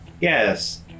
Yes